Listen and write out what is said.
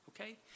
Okay